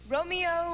Romeo